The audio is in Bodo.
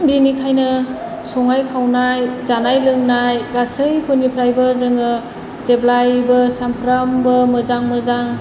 बेनिखायो संनाय खावनाय जानाय लोंनाय गासैफोरनिफ्रायबो जोङो जेब्लायबो सानफ्रोमबो मोजां मोजां